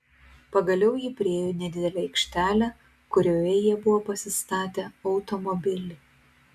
pagaliau ji priėjo nedidelę aikštelę kurioje jie buvo pasistatę automobilį